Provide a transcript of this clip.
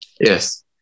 Yes